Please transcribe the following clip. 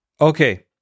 Okay